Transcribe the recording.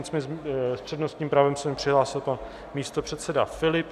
Nicméně s přednostním právem se mi přihlásil pan místopředseda Filip.